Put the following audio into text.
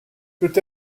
peut